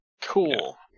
Cool